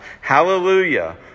Hallelujah